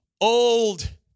old